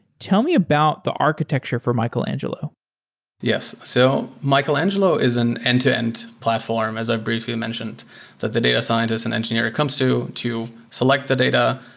tell me about the architecture for michelangelo yes. so michelangelo is an end-to-end platform as i briefly mentioned that the data scientist and engineer comes to to select the data,